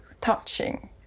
touching